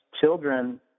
children